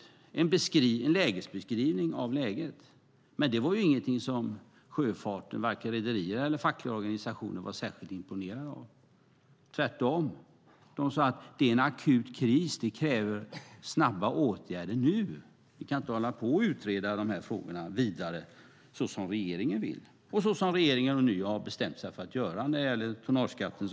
Det var en beskrivning av läget men ingenting som sjöfarten - varken rederier eller fackliga organisationer - var särskilt imponerade av. Tvärtom sade de att det är en akut kris som kräver snabba åtgärder nu. Vi kan inte hålla på att utreda de här frågorna vidare så som regeringen vill och så som regeringen nu har bestämt sig för att göra när det gäller tonnageskatten.